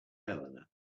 eleanor